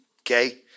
Okay